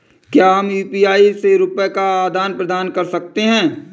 क्या हम यू.पी.आई से रुपये का आदान प्रदान कर सकते हैं?